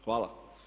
Hvala.